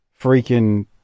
freaking